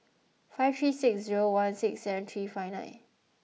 five three six zero one six seven three five nine